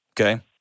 Okay